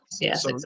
yes